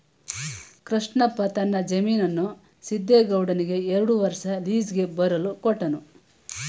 ಕೃಷ್ಣಪ್ಪ ತನ್ನ ಜಮೀನನ್ನು ಸಿದ್ದೇಗೌಡನಿಗೆ ಎರಡು ವರ್ಷ ಲೀಸ್ಗೆ ಬರಲು ಕೊಟ್ಟನು